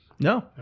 No